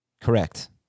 Correct